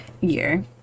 year